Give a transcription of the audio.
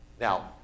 Now